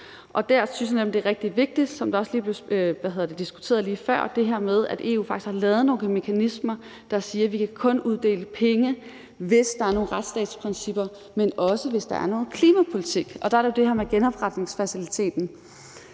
Der synes jeg nemlig, det er rigtig vigtigt – som der også blev diskuteret lige før – at EU faktisk har lavet nogle mekanismer, der siger, at man kun kan uddele penge, hvis der er nogle retsstatsprincipper, men også hvis der er noget klimapolitik. Der er det her med genopretningsfaciliteten,